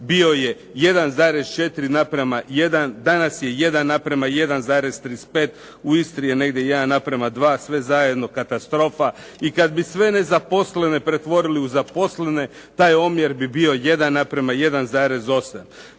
bio je 1,4 naprama, danas je 1 naprama 1,35. U Istri je negdje 1 naprama 2. Sve zajedno katastrofa. I kad bi sve nezaposlene pretvorili u zaposlene, taj omjer bi bio 1 naprama 1,8.